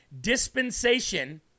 dispensation